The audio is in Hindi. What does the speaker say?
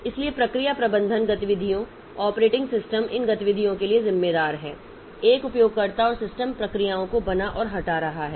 इसलिए प्रक्रिया प्रबंधन गतिविधियों ऑपरेटिंग सिस्टम इन गतिविधियों के लिए जिम्मेदार है एक उपयोगकर्ता और सिस्टम प्रक्रियाओं को बना और हटा रहा है